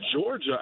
Georgia